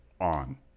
on